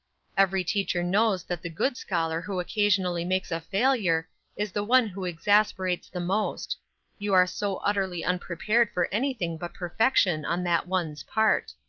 every teacher knows that the good scholar who occasionally makes a failure is the one who exasperates the most you are so utterly unprepared for anything but perfection on that one's part.